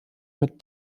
mit